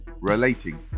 relating